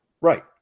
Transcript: Right